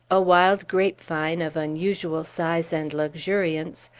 a wild grapevine, of unusual size and luxuriance,